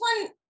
one